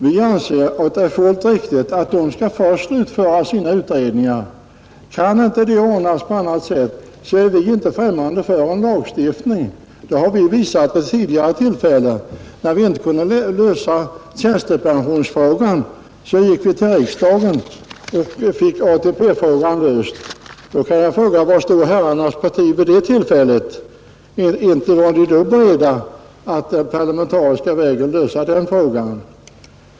Vi anser det fullt riktigt att de först skall genomföra sina utredningar. Kan det inte ordnas på annat sätt, är vi inte främmande för en lagstiftning. Det har vi visat vid tidigare tillfällen. När vi inte kunde lösa tjänstepensionsfrågan, gick vi till riksdagen och fick ATP-frågan löst. Var stod herrarnas partier vid det tillfället? Inte var ni då beredda att den parlamentariska vägen lösa frågan.